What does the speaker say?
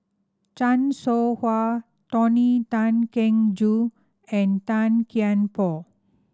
Chan Soh Ha Tony Tan Keng Joo and Tan Kian Por